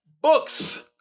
books